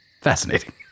Fascinating